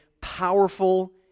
powerful